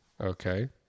Okay